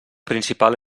principal